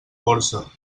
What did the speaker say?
borsa